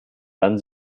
dann